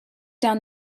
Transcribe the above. down